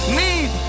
need